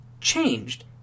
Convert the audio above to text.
changed